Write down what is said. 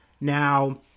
Now